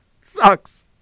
Sucks